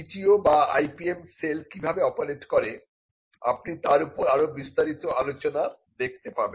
TTO বা IPM cell কিভাবে operate করে আপনি তার উপর আরো বিস্তারিত আলোচনা দেখতে পারেন